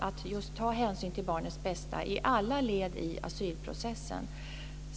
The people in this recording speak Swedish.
att just ta hänsyn till barnets bästa i alla led i asylprocessen.